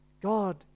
God